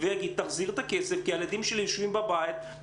ויגיד תחזיר את הכסף כי הילדים שלי יושבים בבית,